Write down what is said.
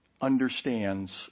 understands